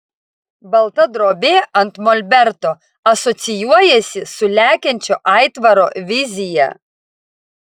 balta drobė ant molberto asocijuojasi su lekiančio aitvaro vizija